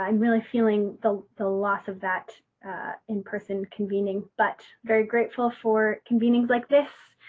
um really feeling the the loss of that in-person convening, but very grateful for convenings like this,